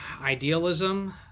idealism